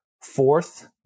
Fourth